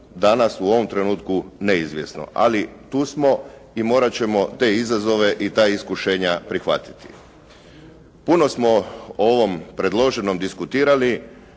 danas u ovom trenutku neizvjesno. Ali, tu smo i morat ćemo te izazove i ta iskušenja prihvatiti. Puno smo o ovom predloženom diskutirali